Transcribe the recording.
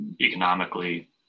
economically